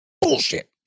Bullshit